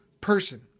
person